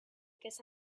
guess